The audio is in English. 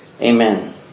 Amen